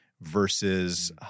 versus